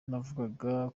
navugaga